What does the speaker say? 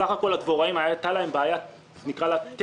בסך הכול לדבוראים הייתה בעיה טכנית,